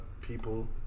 people